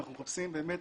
אנחנו מחפשים באמת